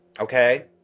Okay